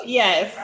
yes